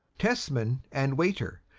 tesman and waiter.